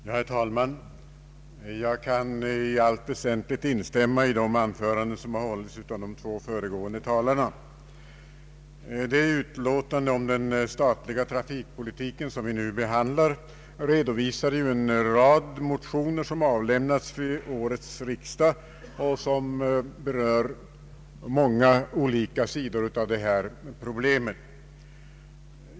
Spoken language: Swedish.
Herr talman! Jag kan i allt väsentligt instämma i de anföranden som hållits av de två föregående talarna. Det utlåtande om den statliga trafikpolitiken som vi nu skall behandla redovisar en rad motioner som avlämnats vid årets riksdag och som berör många olika sidor av detta problem.